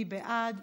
מי בעד?